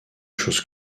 chose